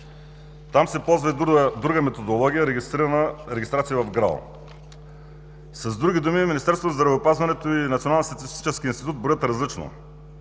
Там се ползва и друга методология – регистрация в ГРАО. С други думи Министерството на здравеопазването и Националният статистически институт броят различно.